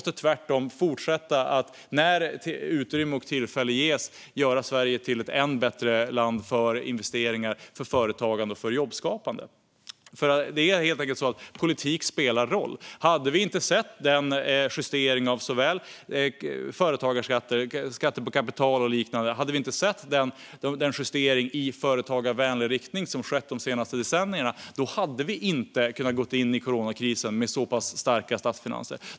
Tvärtom måste vi, när utrymme och tillfälle ges, fortsätta att göra Sverige till ett ännu bättre land för investeringar, företag och jobbskapande. Politik spelar roll. Om vi inte hade sett den justering av företagarskatter, skatter på kapital och liknande och den justering i företagarvänlig riktning som skett de senaste decennierna hade vi inte kunnat gå in i coronakrisen med så pass starka statsfinanser.